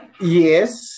yes